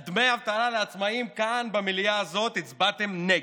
על דמי אבטלה לעצמאים כאן במליאה הזאת הצבעתם נגד,